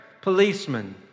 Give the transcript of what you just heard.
policemen